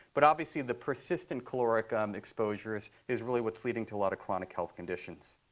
but obviously, the persistent caloric um exposure is is really what's leading to a lot of chronic health conditions.